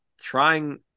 trying